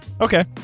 Okay